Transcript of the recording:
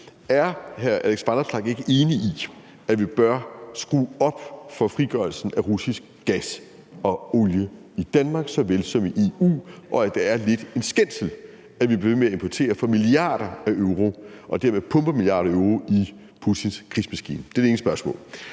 Er hr. Alex Vanopslagh ikke enig i, at vi bør skrue op for frigørelsen af russisk gas og olie i Danmark såvel som i EU, og at det er lidt en skændsel, at vi bliver ved med at importere for milliarder af euro og dermed pumper milliarder af euro i Putins krigsmaskine? Det er det ene spørgsmål.